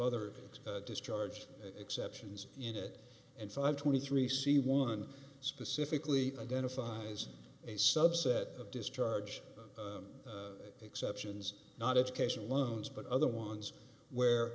other discharge exceptions in it and five twenty three c one specifically identifies a subset of discharge exceptions not education loans but other ones where